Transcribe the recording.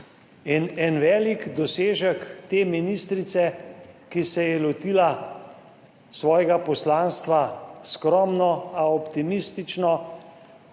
en velik dosežek te ministrice, ki se je lotila svojega poslanstva skromno, a optimistično,